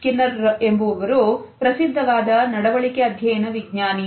Skinner ಎಂಬುವರು ಪ್ರಸಿದ್ಧವಾದ ನಡವಳಿಕೆ ಅಧ್ಯಯನ ವಿಜ್ಞಾನಿ